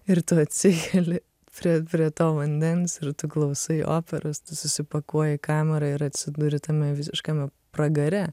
ir tu atsikeli prieprie to vandens ir tu klausai operas tu susipakuoji kamerą ir atsiduri tame visiškame pragare